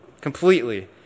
completely